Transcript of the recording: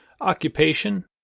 occupation